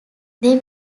they